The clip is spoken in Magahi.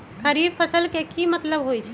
खरीफ फसल के की मतलब होइ छइ?